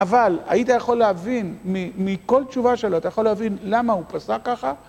אבל, היית יכול להבין, מכל תשובה שלו, אתה יכול להבין למה הוא פסק ככה?